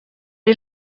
est